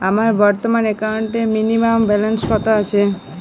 আমার বর্তমান একাউন্টে মিনিমাম ব্যালেন্স কত আছে?